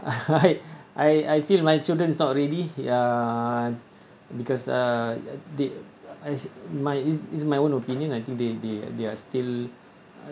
I I I feel my children's not ready uh because uh they I my it's it's my own opinion ah I I think they they are still